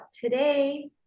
Today